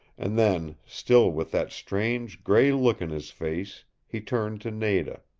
and then, still with that strange, gray look in his face, he turned to nada.